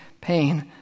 Pain